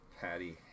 Patty